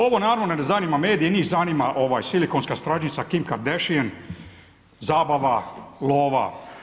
Ovo naravno ne zanima medije, njih zanima silikonska stražnjica Kim Kardashian, zabava, lova.